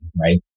right